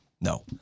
No